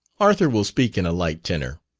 arthur will speak in a light tenor.